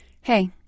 Hey